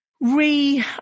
re